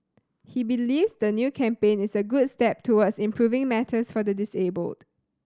he believes the new campaign is a good step towards improving matters for the disabled